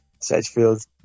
Sedgefield